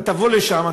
אתה תבוא לשם,